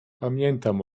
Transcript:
pamiętam